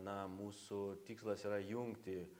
na mūsų tikslas yra jungti